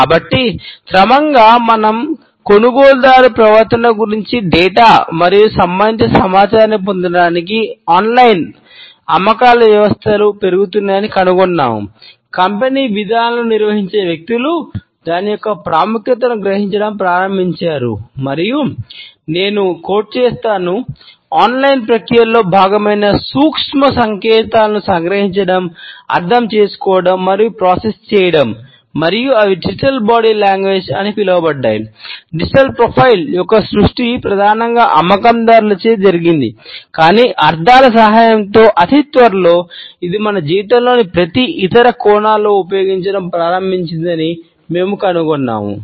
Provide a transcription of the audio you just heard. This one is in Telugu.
కాబట్టి క్రమంగా మనం కొనుగోలుదారు ప్రవర్తన గురించి డేటా యొక్క సృష్టి ప్రధానంగా అమ్మకందారులచే జరిగింది కాని అర్థాల సహాయంతో అతి త్వరలో ఇది మన జీవితంలోని ప్రతి ఇతర కోణాలలో ఉపయోగించడం ప్రారంభించిందని మేము కనుగొన్నాము